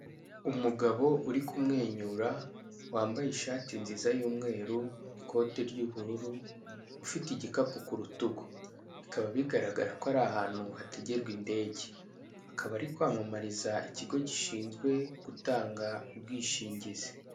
Umugabo uri kumwenyira, wambaye ishati nziza y'umweru, ikote ry'ubururu, ufite igikapu ku rutugu. Bikaba bigaragara ko ari ahantu hategerwa indege. Akaba ari kwamamariza ikigo gishinzwe gutanga ubwishingizi.